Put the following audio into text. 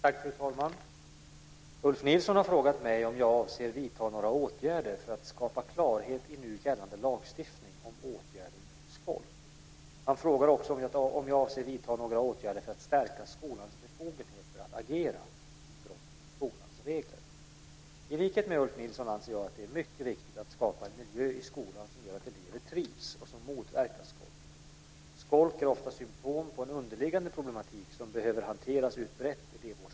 Fru talman! Ulf Nilsson har frågat mig om jag avser att vidta några åtgärder för att skapa klarhet i nu gällande lagstiftning om åtgärder mot skolk. Han frågar också om jag avser att vidta några åtgärder för att stärka skolans befogenheter att agera vid brott mot skolans regler. I likhet med Ulf Nilsson anser jag att det är mycket viktigt att skapa en miljö i skolan som gör att eleverna trivs och som motverkar skolk. Skolk är ofta symtom på en underliggande problematik som behöver hanteras ur ett brett elevvårdsperspektiv.